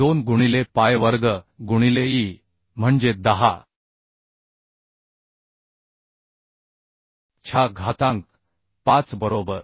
2 गुणिले पाय वर्ग गुणिले E म्हणजे 10 छा घातांक 5 बरोबर